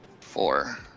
four